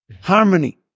harmony